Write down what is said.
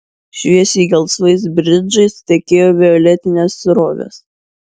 šviesiai gelsvais bridžais tekėjo violetinės srovės